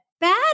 bad